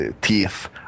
teeth